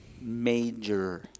Major